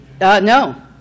No